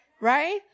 right